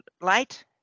light